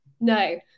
No